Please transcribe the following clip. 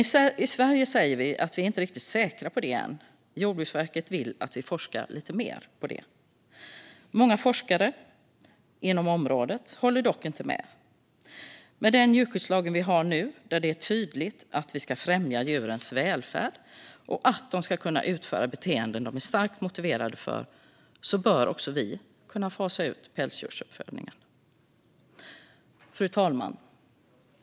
I Sverige säger vi dock att vi inte är riktigt säkra på det än och att Jordbruksverket vill att vi forskar lite mer på detta. Men många forskare inom området håller inte med. Med den djurskyddslag vi har nu, där det är tydligt att vi ska främja djurens välfärd och att djuren ska kunna utföra beteenden de är starkt motiverade för, bör även vi kunna fasa ut pälsdjursuppfödningen. Fru talman!